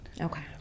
Okay